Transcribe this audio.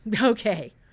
Okay